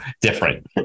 different